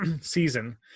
season